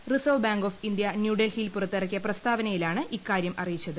reserve Bank of India ന്യൂഡൽഹിയിൽ പുറത്തിറക്കിയ പ്രസ്താവനയിലാണ് ഇക്കാര്യം അറിയിച്ചത്